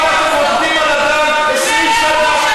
ואני שואל אותך: למה אתם 20 שנה בשלטון לא מבטלים את הסכם אוסלו?